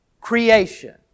creation